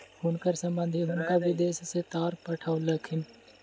हुनकर संबंधि हुनका विदेश सॅ तार पठौलखिन